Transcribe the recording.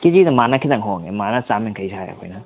ꯀꯦꯖꯤꯗ ꯃꯥꯅ ꯈꯤꯇꯪ ꯍꯣꯡꯉꯦ ꯃꯥꯅ ꯆꯥꯝꯃ ꯌꯥꯡꯈꯩ ꯁꯥꯏ ꯑꯩꯈꯣꯏꯅ